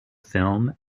film